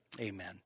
amen